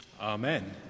amen